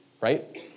right